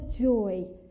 joy